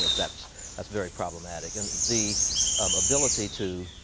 that's that's very problematic and the ability to